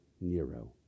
Nero